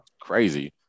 crazy